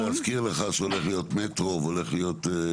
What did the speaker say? אני רוצה להזכיר לך שהולך להיות מטרו והולך להיות.